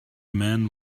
man